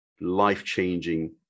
life-changing